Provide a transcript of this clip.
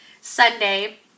Sunday